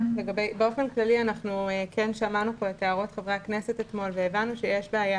באופן כללי כן שמענו כאן את הערות חברי הכנסת אתמול והבנו שיש בעיה